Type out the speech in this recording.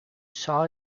saw